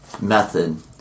method